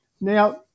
now